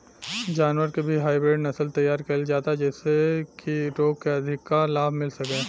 जानवर के भी हाईब्रिड नसल तैयार कईल जाता जेइसे की लोग के अधिका लाभ मिल सके